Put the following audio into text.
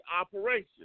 operation